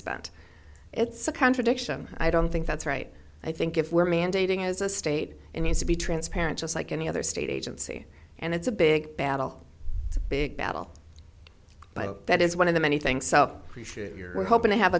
spent it's a contradiction i don't think that's right i think if we're mandating as a state and is to be transparent just like any other state agency and it's a big battle it's a big battle but that is one of the many things so you're hoping to have